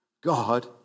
God